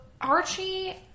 Archie